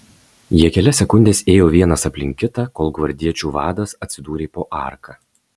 jie kelias sekundes ėjo vienas aplink kitą kol gvardiečių vadas atsidūrė po arka